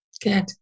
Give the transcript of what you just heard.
Good